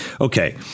Okay